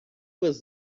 was